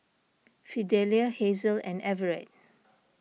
Fidelia Hazel and Everet